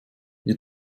wir